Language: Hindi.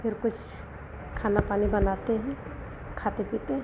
फिर कुछ खाना पानी बनाते हैं खाते पीते हैं